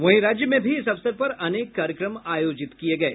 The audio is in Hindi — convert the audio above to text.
वहीं राज्य में भी इस अवसर पर अनेक कार्यक्रम आयोजित किये गये